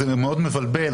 זה מאוד מבלבל,